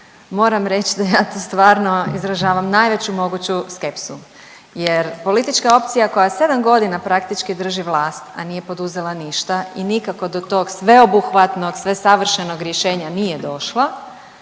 moram reć da ja to stvarno izražavam najveću moguću skepsu jer politička opcija koja sedam godina praktički drži vlast, a nije poduzela ništa i nikako do tog sveobuhvatnog svesavršenog rješenja nije došla,